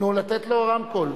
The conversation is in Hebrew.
לתת לו רמקול.